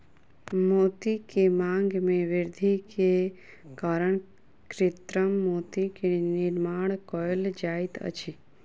मोती के मांग में वृद्धि के कारण कृत्रिम मोती के निर्माण कयल जाइत अछि